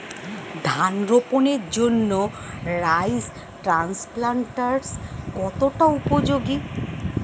ধান রোপণের জন্য রাইস ট্রান্সপ্লান্টারস্ কতটা উপযোগী?